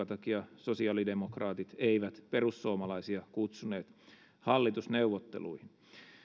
takia sosiaalidemokraatit eivät perussuomalaisia kutsuneet hallitusneuvotteluihin